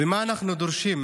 מה אנחנו דורשים?